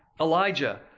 Elijah